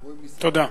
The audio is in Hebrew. תודה.